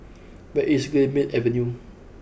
where is Greenmead Avenue